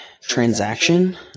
transaction